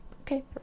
okay